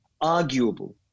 arguable